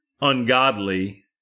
ungodly